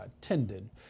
tendon